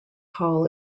hall